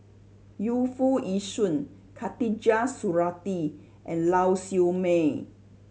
Yu Foo Yee Shoon Khatijah Surattee and Lau Siew Mei